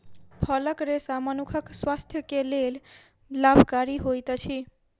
फलक रेशा मनुखक स्वास्थ्य के लेल लाभकारी होइत अछि